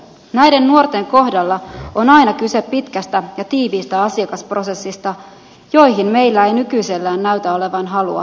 näiden nuorten kohdalla on aina kyse pitkästä ja tiiviistä asiakasprosessista johon meillä ei nykyisellään näytä olevan halua eikä varaa